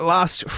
Last